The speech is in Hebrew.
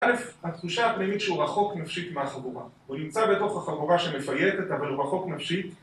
א' התחושה הפנימית שהוא רחוק נפשית מהחבורה הוא נמצא בתוך החבורה שמפייטת אבל הוא רחוק נפשית